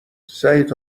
سعید